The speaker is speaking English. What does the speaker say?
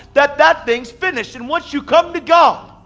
that that thing's finished. and once you come to god,